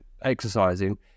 exercising